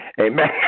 Amen